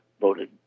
voted